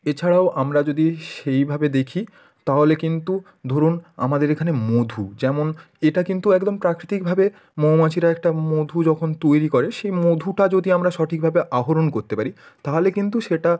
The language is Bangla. এছাড়াও আমরা যদি সেইভাবে দেখি তাহলে কিন্তু ধরুন আমাদের এখানে মধু যেমন এটা কিন্তু একদম প্রাকৃতিকভাবে মৌমাছিরা একটা মধু যখন তৈরি করে সেই মধুটা যদি আমরা সঠিকভাবে আহরণ কোত্তে পারি তাহলে কিন্তু সেটা